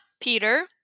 Peter